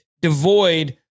devoid